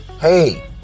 hey